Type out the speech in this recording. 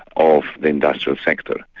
of the industrial sector.